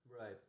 Right